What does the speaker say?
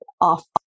off